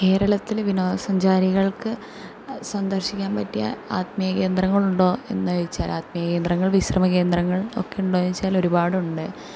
കേരളത്തിൽ വിനോദസഞ്ചാരികൾക്ക് സന്ദർശിക്കാൻ പറ്റിയ ആത്മീയ കേന്ദ്രങ്ങളുണ്ടോ എന്ന് ചോദിച്ചാൽ ആത്മീയകേന്ദ്രങ്ങൾ വിശ്രമകേന്ദ്രങ്ങൾ ഒക്കെ ഉണ്ടോന്നു ചോദിച്ചാൽ ഒരുപാടുണ്ട്